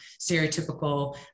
stereotypical